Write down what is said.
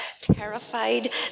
terrified